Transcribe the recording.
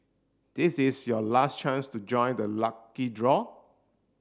this is your last chance to join the lucky draw